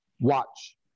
Watch